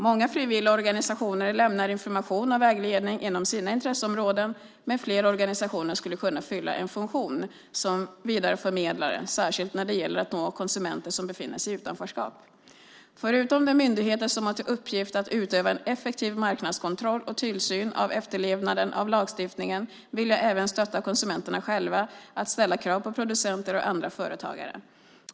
Många frivilligorganisationer lämnar information och vägledning inom sina intresseområden, men fler organisationer skulle kunna fylla en funktion som vidareförmedlare, särskilt när det gäller att nå konsumenter som befinner sig i utanförskap. Förutom de myndigheter som har till uppgift att utöva en effektiv marknadskontroll och tillsyn av efterlevnaden av lagstiftningen vill jag även stötta konsumenterna själva att ställa krav på producenter och andra företagare.